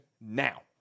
now